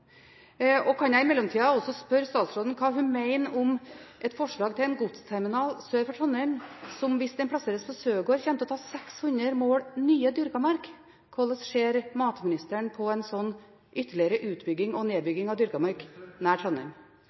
Kan jeg i mellomtiden også spørre statsråden hva hun mener om et forslag til en godsterminal sør for Trondheim som, hvis den plasseres på Søberg, kommer til å ta 600 mål dyrka mark? Hvordan ser matministeren på en slik ytterligere utbygging og nedbygging av dyrka mark nær Trondheim?